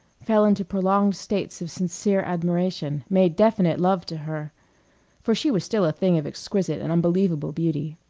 fell into prolonged states of sincere admiration, made definite love to her for she was still a thing of exquisite and unbelievable beauty.